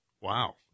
Wow